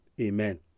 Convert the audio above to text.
Amen